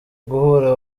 guhora